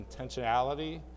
intentionality